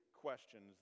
questions